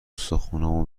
استخونامو